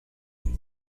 and